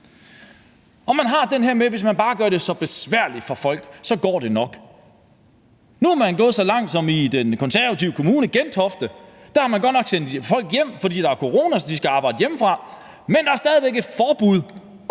Man har også den her med, at hvis bare man gør det besværligt for folk, så går det nok. Nu er man gået så langt som i den konservative kommune Gentofte, hvor man godt nok har sendt folk hjem, fordi der er corona, så de skal arbejde hjemmefra, men der er stadig væk et forbud